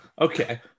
okay